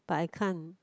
but I can't